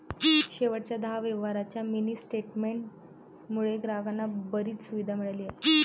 शेवटच्या दहा व्यवहारांच्या मिनी स्टेटमेंट मुळे ग्राहकांना बरीच सुविधा मिळाली आहे